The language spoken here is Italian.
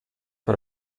per